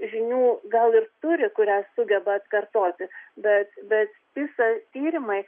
žinių gal ir turi kurias sugeba atkartoti bet bet pisa tyrimai